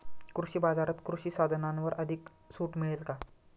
कृषी बाजारात कृषी साधनांवर अधिक सूट मिळेल का?